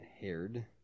haired